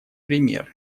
примеры